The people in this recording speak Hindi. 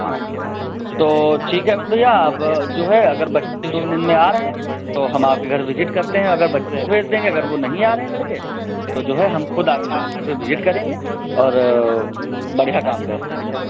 अच्छा तो ठीक है अमित भैया अब जो है अगर बच्चे दो तीन दिन में आ रहे हैं तो हम आपके घर विजिट करते हैं अगर बच्चों को भेज देंगे अगर वे नहीं आ रहे हैं लड़के तो जो है हम ख़ुद आकर आपके घर पर विजिट करेंगे और बढ़िया काम कर देंगे पक्का